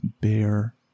bear